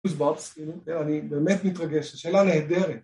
אני באמת מתרגש שאלה נהדרת